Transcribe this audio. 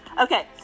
Okay